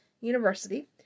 University